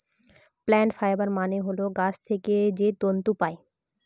plant fibre মানে হল গাছ থেকে যে তন্তু পায়